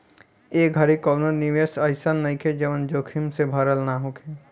ए घड़ी कवनो निवेश अइसन नइखे जवन जोखिम से भरल ना होखे